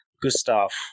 Gustav